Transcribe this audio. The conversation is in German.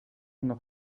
noch